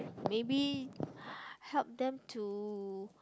maybe h~ help them to